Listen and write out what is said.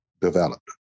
developed